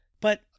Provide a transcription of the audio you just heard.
But-